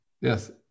Yes